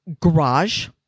garage